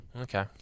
Okay